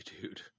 dude